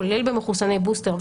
כולל במחוסני בוסטר,